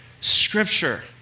Scripture